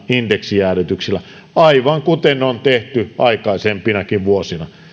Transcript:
indeksijäädytyksillä aivan kuten on tehty aikaisempinakin vuosina